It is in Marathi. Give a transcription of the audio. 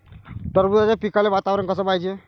टरबूजाच्या पिकाले वातावरन कस पायजे?